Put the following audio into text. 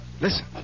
Listen